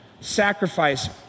sacrifice